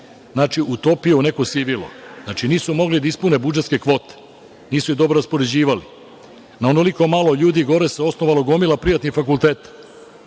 utopio u neko sivilo. Znači, nisu mogli da ispune budžetske kvote, nisu ih dobro raspoređivali, na onoliko malo ljudi osnovala se gomila privatnih fakulteta.